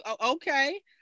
okay